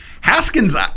Haskins